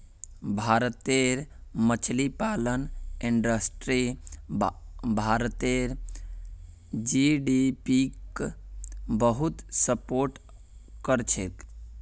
भारतेर मछली पालन इंडस्ट्री भारतेर जीडीपीक बहुत सपोर्ट करछेक